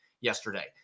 yesterday